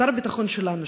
שר הביטחון שלנו,